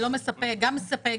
גם מספק,